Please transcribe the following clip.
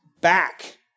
back